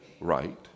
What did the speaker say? right